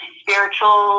spiritual